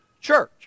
church